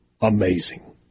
amazing